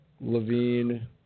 Levine